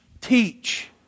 teach